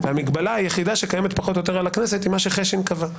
והמגבלה היחידה שקיימת פחות או יותר על הכנסת היא מה שחשין קבע,